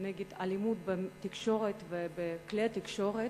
נגד אלימות בתקשורת ובכלי התקשורת,